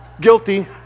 guilty